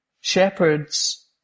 shepherds